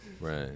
Right